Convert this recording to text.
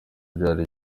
byari